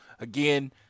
again